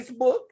Facebook